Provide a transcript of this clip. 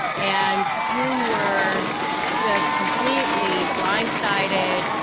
and here you were just completely blindsided,